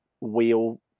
wheel